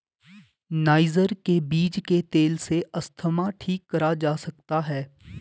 niger के बीज के तेल से अस्थमा ठीक करा जा सकता है